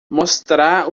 mostrar